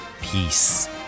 Peace